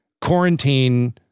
quarantine